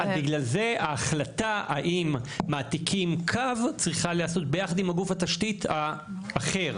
ולכן ההחלטה על האם מעתיקים קו צריכה להיעשות ביחד עם גוף התשתית האחר.